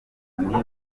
akavurwa